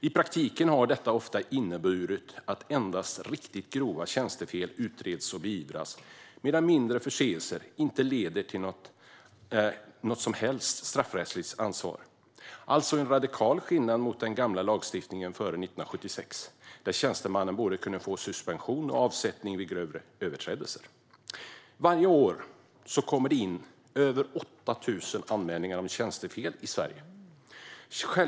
I praktiken har detta ofta inneburit att endast riktigt grova tjänstefel utreds och beivras medan mindre förseelser inte leder till något som helst straffrättsligt ansvar. Det är alltså en radikal skillnad mot den gamla lagstiftningen före 1976, då tjänstemannen kunde få både suspension och avsättning vid grövre överträdelser. Varje år kommer det in över 8 000 anmälningar om tjänstefel i Sverige.